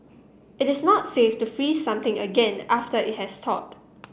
it is not safe to freeze something again after it has thawed